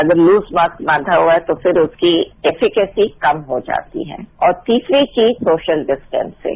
अगर loose mask बांधा हुआ है तो फिर उसकी कैपिसिटी कम हो जाती है और तीसरी चीज सोशल डिस्टॅसिंग